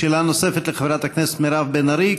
שאלה נוספת לחברת הכנסת מירב בן ארי,